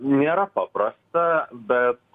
nėra paprasta bet